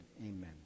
Amen